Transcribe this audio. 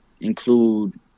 include